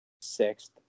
sixth